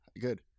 Good